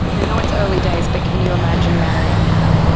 yeah i know it's early days but can you imagine marrying hannah,